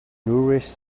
nourish